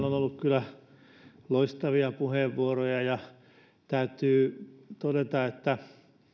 on kyllä ollut loistavia puheenvuoroja ja täytyy todeta että